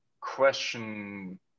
question